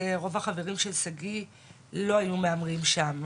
רוב החברים של שגיא לא היו מהמרים שם.